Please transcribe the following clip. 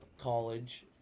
college